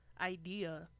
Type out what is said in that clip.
idea